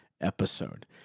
episode